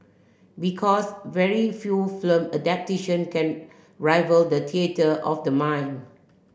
because very few film adaptation can rival the theatre of the mind